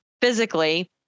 physically